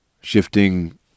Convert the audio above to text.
Shifting